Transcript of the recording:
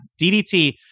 DDT